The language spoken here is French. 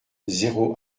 zéro